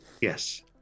yes